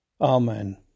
Amen